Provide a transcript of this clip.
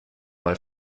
mal